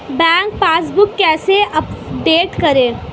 Bank passbook कैसे update करें?